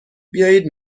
بیایید